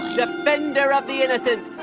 defender of the innocent,